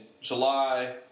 July